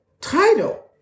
title